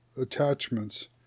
attachments